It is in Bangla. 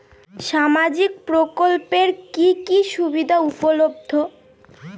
সামাজিক প্রকল্প এর কি কি সুবিধা উপলব্ধ?